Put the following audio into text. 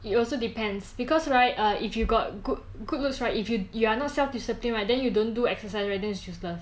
it also depends because right err if you got good good looks right if you you are not self disciplined right then you don't do exercise then is useless